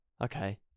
Okay